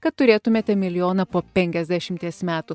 kad turėtumėte milijoną po penkiasdešimties metų